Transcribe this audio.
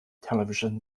television